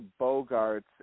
Bogarts